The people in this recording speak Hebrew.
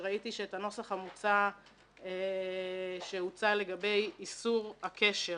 ראיתי שאת הנוסח המוצע שהוצא לגבי איסור הקשר